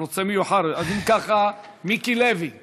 אתה רוצה מאוחר, אז אם ככה, מיקי לוי אחריו.